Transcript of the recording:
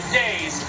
days